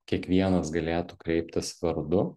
kiekvienas galėtų kreiptis vardu